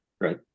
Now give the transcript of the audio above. right